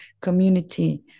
community